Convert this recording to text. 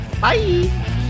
Bye